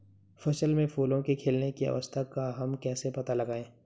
फसल में फूलों के खिलने की अवस्था का हम कैसे पता लगाएं?